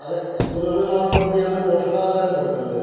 അത് സ്കൂളുകളിൽ ആകെക്കൂടിയാണ് പോഷകാഹാരം കൊടുക്കണത്